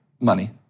Money